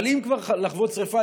אבל אם כבר לחוות שרפה,